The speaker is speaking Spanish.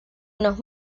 unos